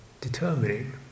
determining